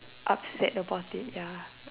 upset about it ya